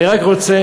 אני רק רוצה,